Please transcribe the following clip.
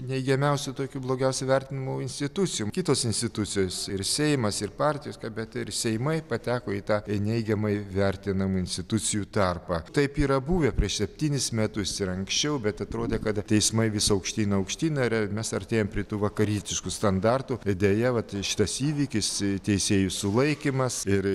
neigiamiausių tokių blogiausiai vertinamų institucijų kitos institucijos ir seimas ir partijos bet ir seimai pateko į tą neigiamai vertinamų institucijų tarpą taip yra buvę prieš septynis metus ir anksčiau bet atrodė kad teismai vis aukštyn aukštyn ir mes artėjam prie tų vakarietiškų standartų deja vat šitas įvykis teisėjų sulaikymas ir